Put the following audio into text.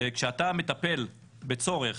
כשאתה מטפל בצורך